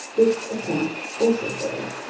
this attempt also failed.